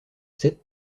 sept